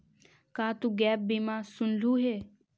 का तु गैप बीमा सुनलहुं हे?